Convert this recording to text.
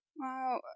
Wow